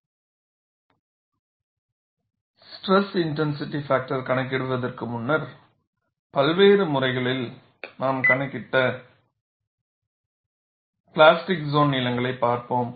plastic சோனின் நீளம் மற்றும் பிளாஸ்டிக் சோன் லெந்தின் திருத்தம் ஒரு சுருக்கம் ஸ்ட்ரெஸ்இன்டென்சிட்டி பாக்டர் கணக்கிடுவதற்கு முன்னர் பல்வேறு முறைகளால் நாம் கணக்கிட்ட பிளாஸ்டிக் சோன் நீளங்களைப் பார்ப்போம்